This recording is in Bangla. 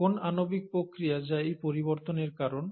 কোন আণবিক প্রক্রিয়া যা এই পরিবর্তনের কারণ